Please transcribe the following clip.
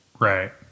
Right